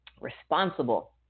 Responsible